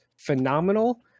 phenomenal